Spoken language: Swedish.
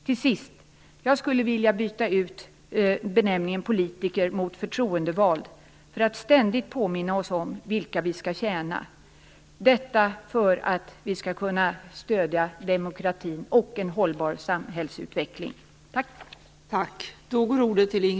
Tills sist skulle jag vilja byta ut benämningen politiker mot förtroendevald för att ständigt påminna oss om vilka vi skall tjäna. Detta för att vi skall kunna stödja demokratin och en hållbar samhällsutveckling.